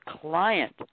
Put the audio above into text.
client